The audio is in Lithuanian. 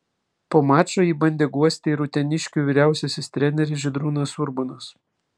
po mačo jį bandė guosti ir uteniškių vyriausiasis treneris žydrūnas urbonas